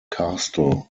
castle